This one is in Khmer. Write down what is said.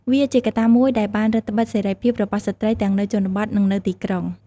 វាជាកត្តាមួយដែលបានរឹតត្បិតសេរីភាពរបស់ស្ត្រីទាំងនៅជនបទ និងនៅទីក្រុង។